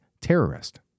terrorist